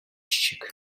шиг